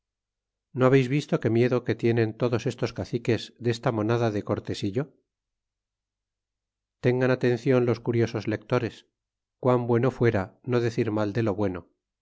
no habeis visto que miedo que tienen todos estos caciques desta monada de cortesillo tengan atencion los curiosos lectores qua bueno fuera no decir mal de lo bueno